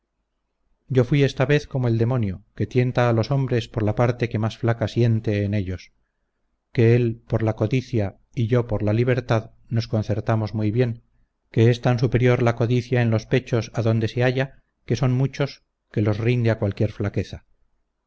yo fuí esta vez como el demonio que tienta a los hombres por la parte que más flaca siente en ellos que él por la codicia y yo por la libertad nos concertamos muy bien que es tan superior la codicia en los pechos adonde se halla que son muchos que los rinde a cualquier flaqueza